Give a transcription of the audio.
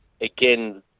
again